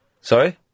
Sorry